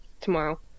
tomorrow